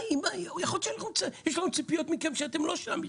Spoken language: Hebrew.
יכול להיות שיש לנו ציפיות מכם כשאתם לא שם בכלל.